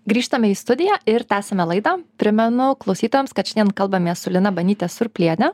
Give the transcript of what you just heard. grįžtame į studiją ir tęsiame laidą primenu klausytojams kad šiandien kalbamės su lina banyte surpliene